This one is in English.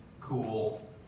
cool